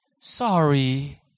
Sorry